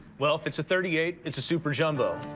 well if it's a thirty eight, it's a super jumbo.